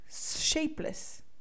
shapeless